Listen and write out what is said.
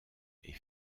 est